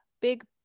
big